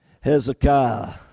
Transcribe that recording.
Hezekiah